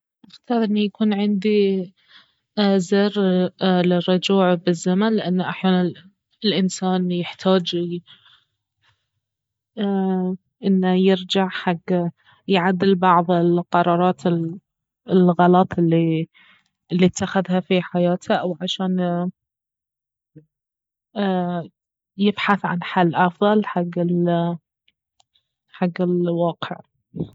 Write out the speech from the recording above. اختار اني يكون عندي زر للرجوع بالزمن لان احيانا الانسان يحتاج انه يرجع حق يعدل بعض القرارات الغلط الي الي اتخذها في حياته او عشان يبحث عن حل افضل حق ال- حق الواقع